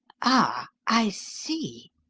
ah, i see.